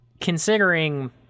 considering